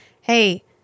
Hey